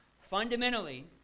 fundamentally